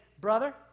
brother